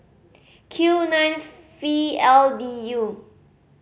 Q nine V L D U